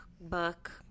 book